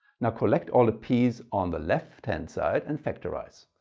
now collect all the p's on the left hand side and factorize.